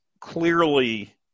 clearly